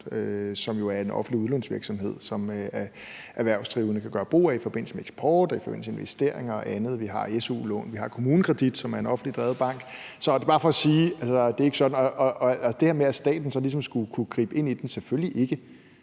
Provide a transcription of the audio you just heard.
jo er en offentlig udlånsvirksomhed, som erhvervsdrivende kan gøre brug af i forbindelse med eksport, i forbindelse med investeringer og andet. Vi har su-lån. Vi har i KommuneKredit, som er en offentligt drevet bank. Det vil jeg bare sige. Til det her med, at staten ligesom skulle kunne gribe ind i den, vil jeg sige: